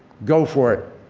go for it!